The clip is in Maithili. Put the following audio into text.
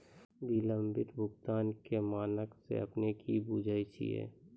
विलंबित भुगतान के मानक से अपने कि बुझै छिए?